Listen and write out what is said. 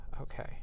Okay